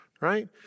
right